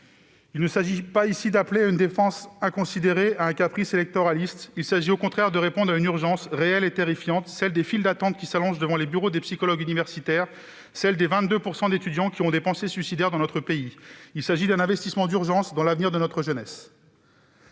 Il s'agit non pas d'appeler à une dépense inconsidérée ni de céder à un caprice électoraliste, mais, au contraire, de répondre à l'urgence réelle et terrifiante des files d'attente qui s'allongent devant les bureaux des psychologues universitaires, et à celle des 22 % d'étudiants qui ont eu des pensées suicidaires. Il s'agit d'investir d'urgence dans l'avenir de notre jeunesse